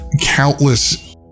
countless